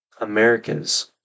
America's